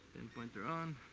pinpointer on.